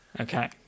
Okay